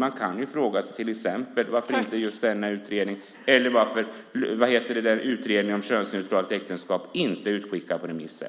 Man kan fråga sig varför inte denna utredning eller utredningen om könsneutralt äktenskap är utskickade på remiss än.